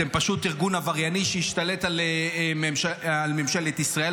אתם פשוט ארגון עברייני שהשתלט על ממשלת ישראל,